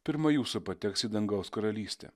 pirma jūsų pateks į dangaus karalystę